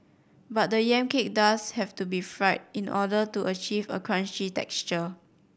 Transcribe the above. but the yam cake does have to be fried in order to achieve a crunchy texture